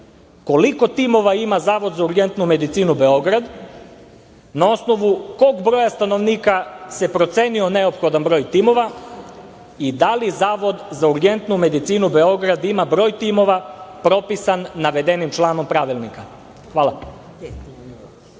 koliko timova ima Zavod za urgentnu medicinu Beograd, na osnovu kog broja stanovnika se procenio neophodan broj timova i da li Zavod za urgentnu medicinu Beograd ima broj timova propisan navedenim članom Pravilnika. Hvala.